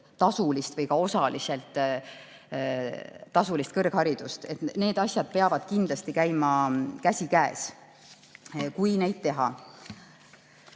tasulist või ka osaliselt tasulist kõrgharidust. Need asjad peavad kindlasti käima käsikäes, kui neid teha.